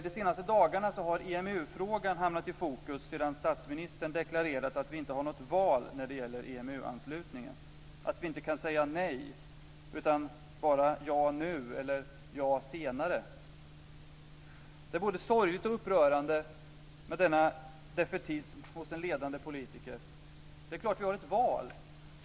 De senaste dagarna har EMU-frågan hamnat i fokus sedan statsministern deklarerat att vi inte har något val när det gäller EMU-anslutningen och att vi inte kan säga nej utan bara ja nu eller ja senare. Det är både sorgligt och upprörande med denna defaitism hos en ledande politiker. Det är klart att vi har ett val!